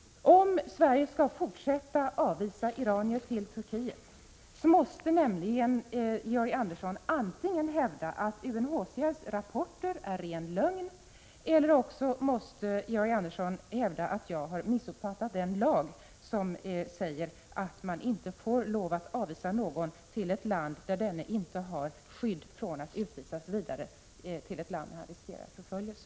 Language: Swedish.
Om hävda antingen att UNHCR:s rapporter är ren lögn eller också att jag har missuppfattat den lag som säger att man inte får avvisa någon till ett land där denne inte har något skydd från att utvisas vidare till ett land där han riskerar förföljelse.